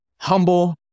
Humble